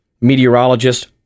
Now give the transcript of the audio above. meteorologist